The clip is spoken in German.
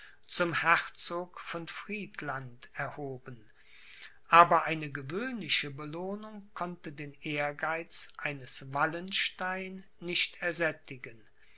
zum herzog von friedland erhoben aber eine gewöhnliche belohnung konnte den ehrgeiz eines wallenstein nicht ersättigen